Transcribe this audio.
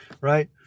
right